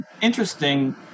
interesting